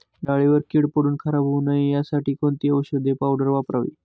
डाळीवर कीड पडून खराब होऊ नये यासाठी कोणती औषधी पावडर वापरावी?